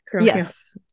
Yes